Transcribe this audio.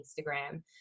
Instagram